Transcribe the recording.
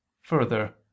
further